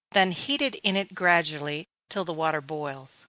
then heated in it gradually, till the water boils.